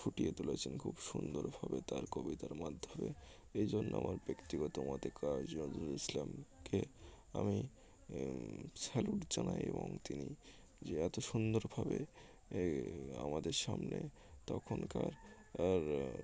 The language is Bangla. ফুটিয়ে তুলেছেন খুব সুন্দরভাবে তার কবিতার মাধ্যমে এই জন্য আমার ব্যক্তিগত মতে কাজী নজরুল ইসলামকে আমি স্যালুট জানাই এবং তিনি যে এত সুন্দরভাবে এই আমাদের সামনে তখনকার আর